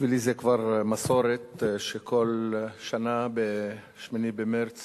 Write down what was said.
בשבילי זה כבר מסורת שכל שנה ב-8 במרס